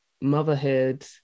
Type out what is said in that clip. motherhood